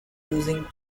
using